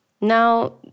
Now